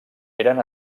eren